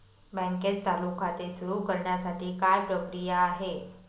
बँकेत चालू खाते सुरु करण्यासाठी काय प्रक्रिया आहे?